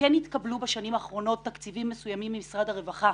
כן התקבלו בשנים האחרונות תקציבים מסוימים ממשרד הרווחה,